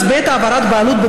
אז בעת העברת בעלות,